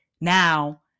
Now